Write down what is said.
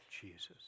Jesus